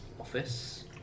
office